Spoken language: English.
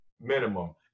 minimum